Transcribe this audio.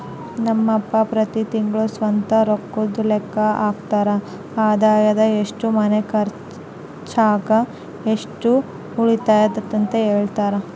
ನಮ್ ಅಪ್ಪ ಪ್ರತಿ ತಿಂಗ್ಳು ಸ್ವಂತ ರೊಕ್ಕುದ್ ಲೆಕ್ಕ ಹಾಕ್ತರ, ಆದಾಯದಾಗ ಎಷ್ಟು ಮನೆ ಕರ್ಚಿಗ್, ಎಷ್ಟು ಉಳಿತತೆಂತ ಹೆಳ್ತರ